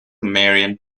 marian